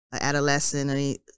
adolescent